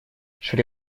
шри